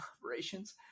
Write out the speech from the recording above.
operations